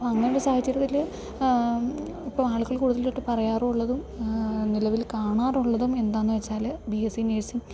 അപ്പം അങ്ങനൊരു സാഹചര്യത്തിൽ ഇപ്പം ആൾക്കൾ കൂടുതലായിട്ട് പറയാറും ഉള്ളതും നിലവിൽ കാണാറുള്ളതും എന്താന്ന് വെച്ചാൽ ബി എസ് സി നേഴ്സിങ്